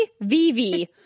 Vivi